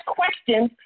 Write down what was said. questions